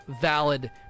valid